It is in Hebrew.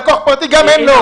לקוח פרטי, גם אין לו.